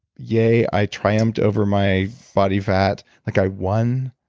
yay, i triumphed over my body fat like i won?